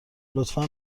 لطفا